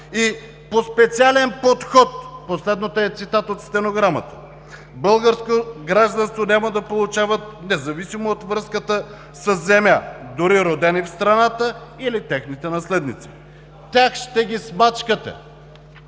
и по специален подход – последното е цитат от стенограмата – българско гражданство няма да получават, независимо от връзката със земя, дори родени в страната или техните наследници. Тях ще ги смачкате!